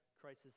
crisis